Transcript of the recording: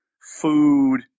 food